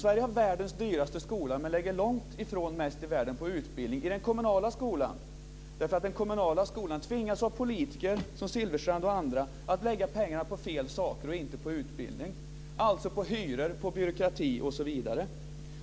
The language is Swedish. Sverige har världens dyraste skola men lägger långt ifrån mest i världen på utbildning i den kommunala skolan därför att den kommunala skolan av politiker, som Silfverstrand och andra, tvingas att lägga pengarna på fel saker och inte på utbildning. De läggs alltså på hyror, byråkrati osv.